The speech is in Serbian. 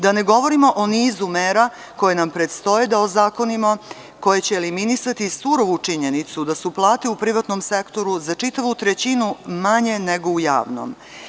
Da ne govorimo o nizu mera koje nam predstoje da o zakonima koje će eliminisati surovu činjenicu da su plate u privatnom sektoru za čitavu trećinu manje nego u javnom.